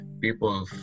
people